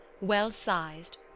well-sized